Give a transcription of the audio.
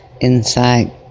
inside